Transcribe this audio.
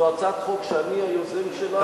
זו הצעת חוק שאני היוזם שלה,